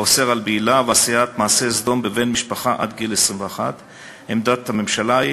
האוסר בעילה ועשיית מעשה סדום בבן משפחה עד גיל 21. עמדת הממשלה היא